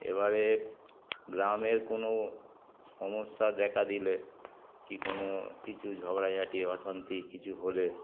এবারে গ্রামের কোনো সমস্যা দেখা দিলে কি কোনো কিছু ঝগড়াঝাটি অশান্তি কিছু হলে